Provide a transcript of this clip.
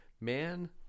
Man